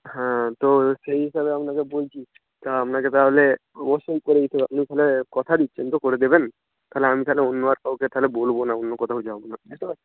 হ্যাঁ তো হচ্ছে সেই হিসাবে আপনাকে বলছি তা আপনাকে তাহলে অবশ্যই করে দিতে হবে আপনি তাহলে কথা দিচ্ছেন তো করে দেবেন তাহলে আমি তাহলে অন্য আর কাউকে তাহলে বলবো না অন্য কোথাও যাবো না বুঝতে পারছেন